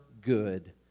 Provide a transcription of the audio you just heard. good